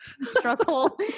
struggle